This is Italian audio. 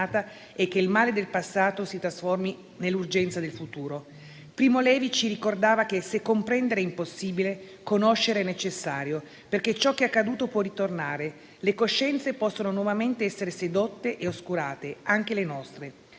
e che il male del passato si trasformi nell'urgenza del futuro. Primo Levi ci ricordava: «Se comprendere è impossibile, conoscere è necessario, perché ciò che è accaduto può ritornare, le coscienze possono nuovamente essere sedotte e oscurate: anche le nostre».